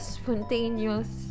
spontaneous